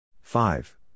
five